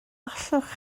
allwch